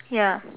ya